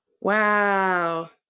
Wow